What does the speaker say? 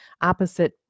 opposite